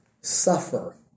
suffer